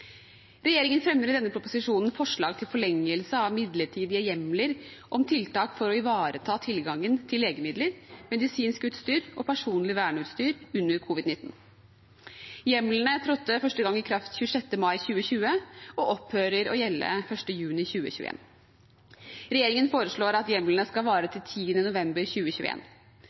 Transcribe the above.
Regjeringen fremmer i denne proposisjonen forslag til forlengelse av midlertidige hjemler om tiltak for å ivareta tilgangen til legemidler, medisinsk utstyr og personlig verneutstyr under covid-19. Hjemlene trådte første gang i kraft 26. mai 2020 og opphører å gjelde 1. juni 2021. Regjeringen foreslår at hjemlene skal vare til 10. november